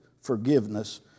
forgiveness